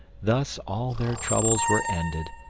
thus all their troubles were ended,